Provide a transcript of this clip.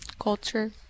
culture